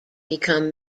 become